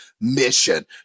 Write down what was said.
mission